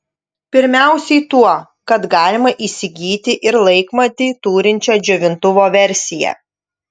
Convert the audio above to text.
pirmiausiai tuo kad galima įsigyti ir laikmatį turinčią džiovintuvo versiją